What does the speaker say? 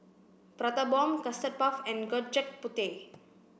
prata bomb custard puff and Gudeg Putih